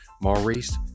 maurice